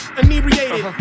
inebriated